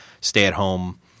stay-at-home